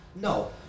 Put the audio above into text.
No